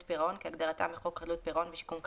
פירעון" כהגדרתם בחוק חדלות פירעון ושיקום כלכלי,